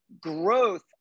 growth